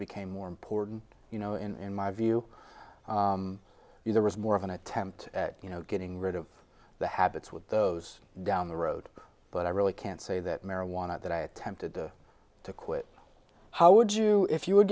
became more important you know in my view either was more of an attempt at you know getting rid of the habits with those down the road but i really can't say that marijuana that i attempted to quit how would you if you would